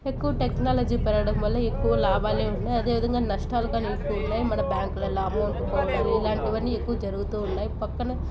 ఎక్కువ టెక్నాలజీ పెరగడం వల్ల ఎక్కువ లాభాలే ఉన్నాయి అదే విధంగా నష్టాలు కానీ ఎక్కువున్నాయి మన బ్యాంక్లలో అమౌంట్ పోవడాలు ఇలాంటివన్నీ ఎక్కువ జరుగుతూ ఉన్నాయి పక్కన